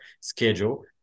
schedule